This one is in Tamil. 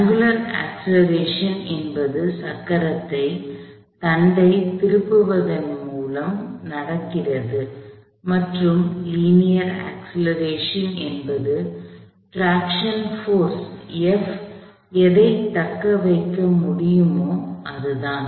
அங்குலார் அக்ஸ்லெரேஷன் என்பது சக்கரத்தை தண்டைத் திருப்புவதன் மூலம் நடக்கிறது மற்றும் லீனியர் அக்ஸ்லெரேஷன் என்பது ட்ராக்ஷன் போர்ஸ் F எதைத் தக்கவைக்க முடியுமோ அதுதான்